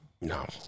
No